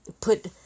put